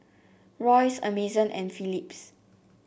Royce Amazon and Philips